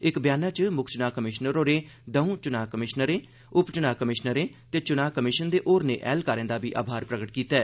इक ब्याना च म्क्ख च्नां कमिशनर होरें दौं च्नां कमिशनरें उप च्नां कमिशनरें ते च्नां कमिशन दे होरनें ऐहलकारें दा बी आभार प्रगट कीता ऐ